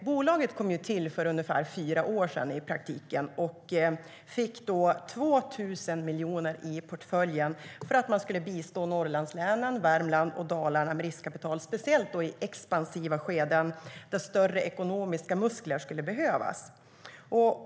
Bolaget kom i praktiken till för ungefär fyra år sedan och fick då 2 000 miljoner i portföljen för att man skulle bistå Norrlandslänen, Värmland och Dalarna med riskkapital, speciellt i expansiva skeden där större ekonomiska muskler skulle behövas.